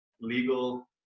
legal